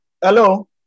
Hello